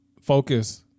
focus